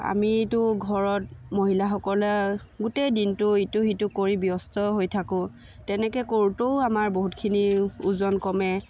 আমিটো ঘৰত মহিলাসকলে গোটেই দিনটো ইটো সিটো কৰি ব্যস্ত হৈ থাকোঁ তেনেকৈ কৰোঁতেও আমাৰ বহুতখিনি ওজন কমে